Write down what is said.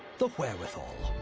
the wherewithal.